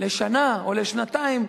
לשנה או לשנתיים,